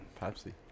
Pepsi